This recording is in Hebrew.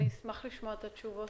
אני אשמח לשמוע תשובות.